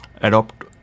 adopt